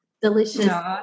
delicious